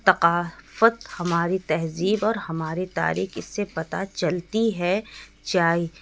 ثقافت ہماری تہذیب اور ہماری تاریخ اس سے پتا چلتی ہے